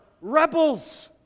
rebels